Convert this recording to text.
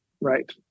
Right